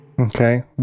Okay